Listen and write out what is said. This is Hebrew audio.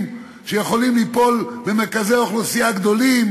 שיכולים ליפול במרכזי אוכלוסייה גדולים,